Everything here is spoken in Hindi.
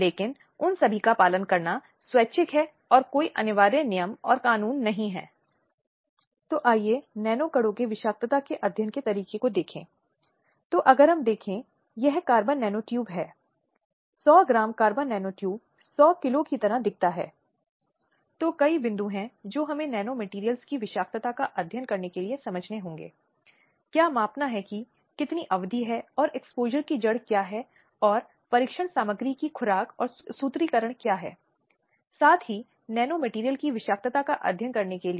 इसलिए इसमें व्यापक स्तर पर गैर सरकारी और गैर लाभकारी संगठन शामिल हैं जिनकी सार्वजनिक जीवन में उपस्थिति है जो नैतिक सांस्कृतिक राजनीतिक वैज्ञानिक धार्मिक या परोपकारी विचारों के आधार पर अपने सदस्यों के हितों और मूल्यों को व्यक्त करते हैं